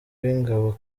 w’ingabo